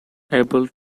able